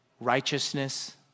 righteousness